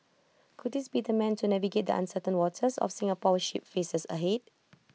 could this be the man to navigate the uncertain waters our Singapore ship faces ahead